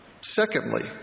Secondly